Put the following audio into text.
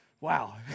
Wow